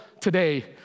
today